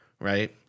Right